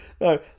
No